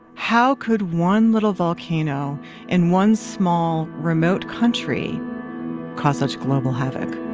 how could one little volcano in one small remote country cause such global havoc?